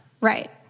Right